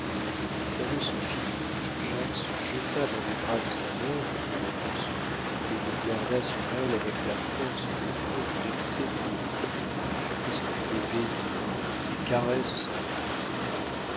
la leçon finie jacques se jeta dans les bras de sa mère qui le reçut et le garda sur elle avec la force que prête l'excès des voluptés et ce fut des baisers des caresses sans fin